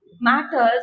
matters